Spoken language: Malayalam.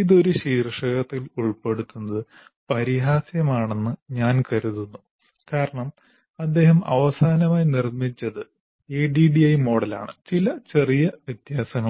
ഇത് ഒരു ശീർഷകത്തിൽ ഉൾപ്പെടുത്തുന്നത് പരിഹാസ്യമാണെന്ന് ഞാൻ കരുതുന്നു കാരണം അദ്ദേഹം അവസാനമായി നിർമ്മിച്ചത് ADDIE മോഡലാണ് ചില ചെറിയ വ്യത്യാസങ്ങളോടെ